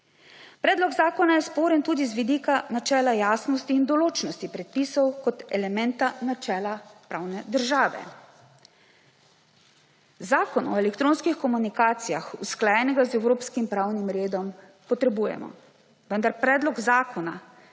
Predlog zakona je sporen tudi z vidika načela jasnosti in določnosti predpisov kot elementa načela pravne države. Zakon o elektronskih komunikacijah, usklajenega z evropskim pravnim redom, potrebujemo, vendar predlog zakona,